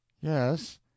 yes